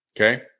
Okay